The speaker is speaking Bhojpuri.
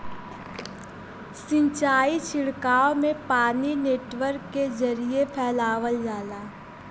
सिंचाई छिड़काव में पानी नेटवर्क के जरिये फैलावल जाला